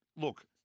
look